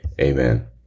Amen